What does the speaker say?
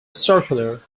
circular